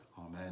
Amen